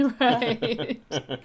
Right